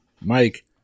Mike